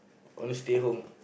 I wanna stay home